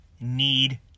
need